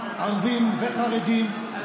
במהותה, של חבר הכנסת אמסלם,